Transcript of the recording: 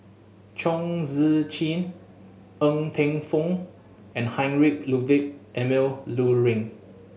Chong Tze Chien Ng Teng Fong and Heinrich Ludwig Emil Luering